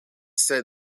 said